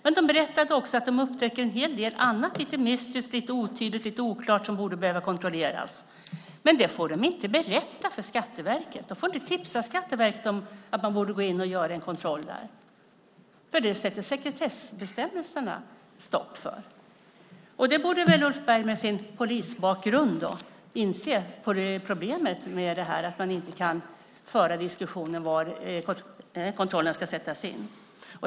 Men de berättade också att de upptäcker en hel del annat lite mystiskt, lite otydligt, lite oklart som borde behöva kontrolleras. Men det får de inte berätta för Skatteverket. De får inte tipsa Skatteverket om att man borde gå in och göra en kontroll, för det sätter sekretessbestämmelserna stopp för. Ulf Berg med sin polisbakgrund borde väl inse problemet med att man inte kan föra en diskussion om var kontrollen ska sättas in.